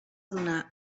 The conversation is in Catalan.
donar